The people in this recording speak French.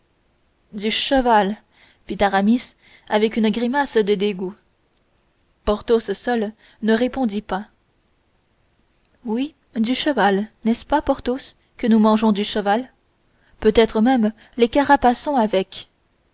du cheval fit aramis avec une grimace de dégoût porthos seul ne répondit pas oui du cheval n'est-ce pas porthos que nous mangeons du cheval peut-être même les caparaçons avec